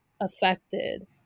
affected